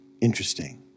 Interesting